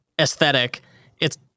aesthetic—it's